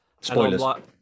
Spoilers